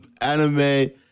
anime